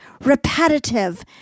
repetitive